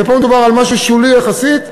ופה מדובר על משהו שולי יחסית,